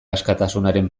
askatasunaren